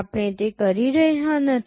આપણે તે કરી રહ્યા નથી